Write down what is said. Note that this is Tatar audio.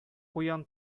куян